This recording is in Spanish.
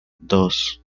dos